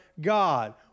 God